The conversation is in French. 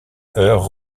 heure